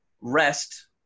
rest